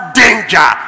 danger